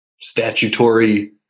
statutory